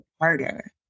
harder